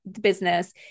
business